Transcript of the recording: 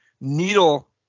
needle